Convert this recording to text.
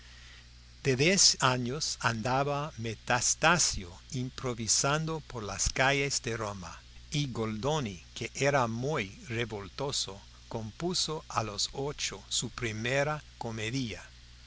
de diez años andaba metastasio improvisando por las calles de roma y goldoni que era muy revoltoso compuso a los ocho su primera comedia